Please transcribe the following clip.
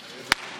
מתחייב אני